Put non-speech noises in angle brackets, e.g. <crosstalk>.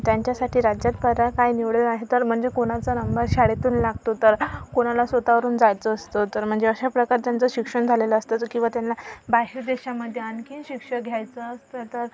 त्यांच्यासाठी राज्यात <unintelligible> काही निवडून आहे तर म्हणजे कोणाचा नंबर शाळेतून लागतो तर कोणाला स्वत वरून जायचं असतं तर म्हणजे अशाप्रकारे त्यांचं शिक्षण झालेलं असतं जर किंवा त्यांना बाहेर देशामध्ये आणखीन शिक्षण घ्यायचं असतं तर